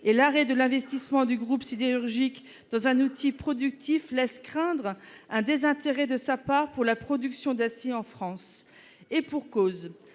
et l'arrêt de l'investissement du groupe sidérurgique dans un outil productif laisse craindre un désintérêt de sa part pour la production d'acier en France. Et pour cause.